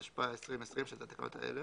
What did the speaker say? התשפ"א-2020 שזה התקנות האלה